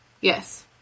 Yes